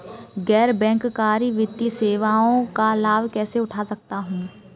गैर बैंककारी वित्तीय सेवाओं का लाभ कैसे उठा सकता हूँ?